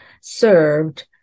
served